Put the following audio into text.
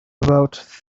about